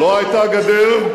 לא היתה גדר,